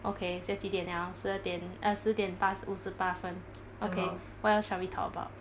okay 现在几点了十二点 err 十点八十五十八分 okay what else shall we talk about